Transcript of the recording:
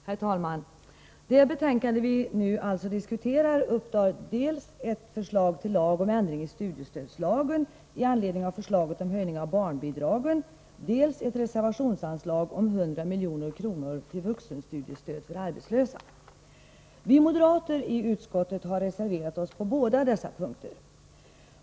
Herr talman! Det betänkande vi nu diskuterar upptar dels ett förslag till lag om ändring i studiestödslagen med anledning av förslaget om höjning av barnbidragen, dels ett reservationsanslag om 100 milj.kr. till vuxenstudiestöd för arbetslösa. Vi moderater i utskottet har reserverat oss på båda dessa punkter.